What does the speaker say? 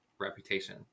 reputation